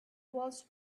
was